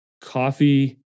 coffee